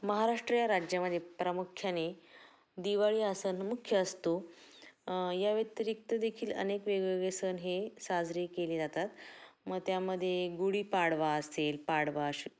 महाराष्ट्र या राज्यामध्ये प्रामुख्याने दिवाळी हा सण मुख्य असतो या व्यतिरिक्त देखील अनेक वेगवेगळे सण हे साजरे केले जातात म त्यामध्ये गुढीपाडवा असेल पाडवा श